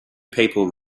people